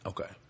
Okay